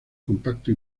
compacto